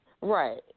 Right